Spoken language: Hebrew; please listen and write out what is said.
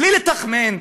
בלי לתכמן,